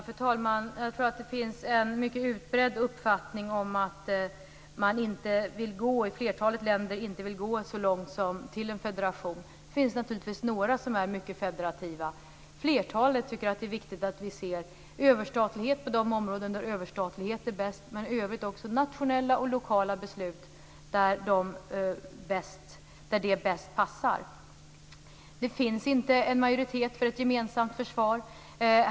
Fru talman! Jag tror att det finns en mycket utbredd uppfattning om att flertalet länder inte vill gå så långt som till en federation. Det finns naturligtvis några som är mycket federativa. Flertalet tycker att det är viktigt att vi ser överstatlighet på de områden där överstatlighet är bäst, men i övrigt också nationella och lokala beslut där det är bäst. Det finns inte en majoritet för ett gemensamt försvar.